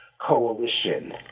coalition